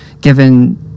given